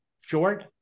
short